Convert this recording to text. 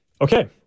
Okay